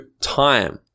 time